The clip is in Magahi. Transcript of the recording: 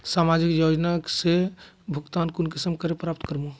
सामाजिक योजना से भुगतान कुंसम करे प्राप्त करूम?